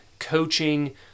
coaching